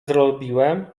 zrobiłem